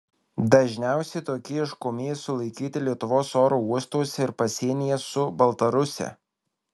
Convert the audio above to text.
dažniausiai tokie ieškomieji sulaikyti lietuvos oro uostuose ir pasienyje su baltarusija